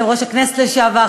יושב-ראש הכנסת לשעבר,